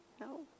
no